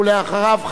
אחריו,